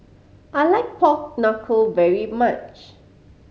I like pork knuckle very much